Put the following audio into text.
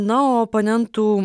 na o oponentų